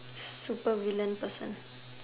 super villain person